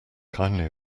kindly